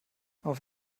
auf